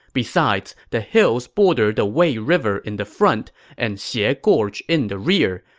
besides, the hills border the wei river in the front and xie ah gorge in the rear.